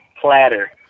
platter